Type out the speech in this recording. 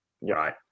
right